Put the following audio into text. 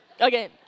Okay